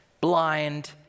blind